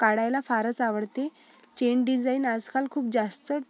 काढायला फारच आवडते चेन डिजाईन आजकाल खूप जास्त